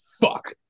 fuck